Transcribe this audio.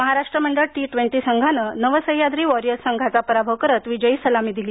महाराष्ट्र मंडळ T twenty संघानं Navsahyadri warriors संघाचा पराभव करत विजयी सलामी दिली